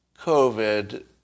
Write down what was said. COVID